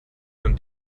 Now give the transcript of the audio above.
von